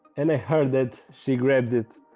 and i heard that she grabbed it,